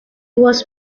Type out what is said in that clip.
was